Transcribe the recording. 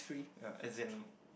ya as in